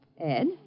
Ed